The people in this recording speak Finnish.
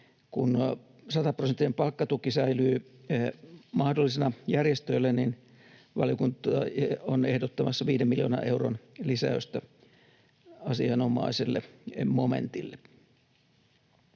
kun sataprosenttinen palkkatuki säilyy mahdollisena järjestöille, valiokunta on ehdottamassa viiden miljoonan euron lisäystä asianomaiselle momentille.